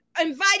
invited